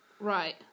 Right